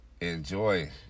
enjoy